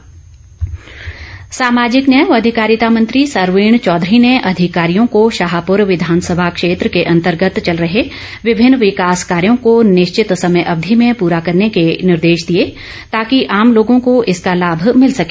सरवीण चौधरी सामाजिक न्याय व अधिकारिता मंत्री सरवीण चौधरी ने अधिकारियों को शाहपुर विधानसभा के अंतर्गत चल रहे विभिन्न विकास कार्यों को निश्चित समय अवधि में पूरा करने के निर्देश दिए ताकि आम लोगों को इसका लाभ मिल सके